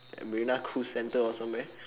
marina cruise centre or somewhere